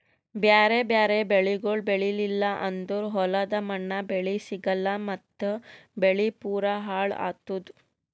ಬ್ಯಾರೆ ಬ್ಯಾರೆ ಬೆಳಿಗೊಳ್ ಬೆಳೀಲಿಲ್ಲ ಅಂದುರ್ ಹೊಲದ ಮಣ್ಣ, ಬೆಳಿ ಸಿಗಲ್ಲಾ ಮತ್ತ್ ಬೆಳಿ ಪೂರಾ ಹಾಳ್ ಆತ್ತುದ್